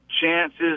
chances